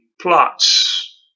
plots